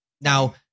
now